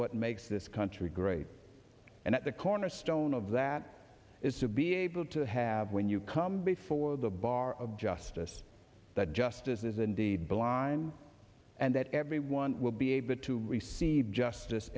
what makes this country great and at the cornerstone of that is to be able to have when you come before the bar of justice that justice is indeed blind and that everyone will be able to receive justice